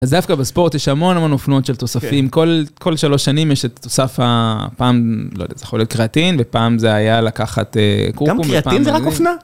אז דווקא בספורט יש המון המון אופנות של תוספים. -כן - כל שלוש שנים יש את התוסף ה... הפעם, לא יודע, זה יכול להיות קריאטין, ופעם זה היה לקחת כורכום, ופעם... - גם קריאטין זה רק אופנה?